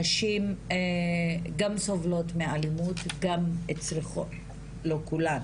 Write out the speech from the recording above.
הנשים גם סובלות מאלימות, גם צריכות, לא כולן,